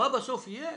מה בסוף יהיה?